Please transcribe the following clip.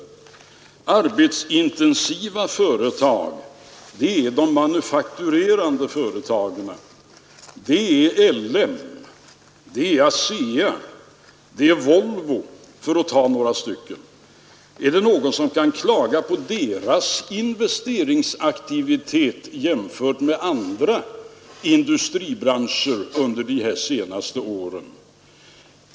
Arbetsintensiva företag är de manufakturerande företagen, det är LM, det är ASEA, det är Volvo — för att ta några exempel. Är det någon som kan klaga på deras investeringsaktivitet jämförd med andra industribranschers under de här senaste åren?